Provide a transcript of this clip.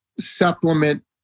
supplement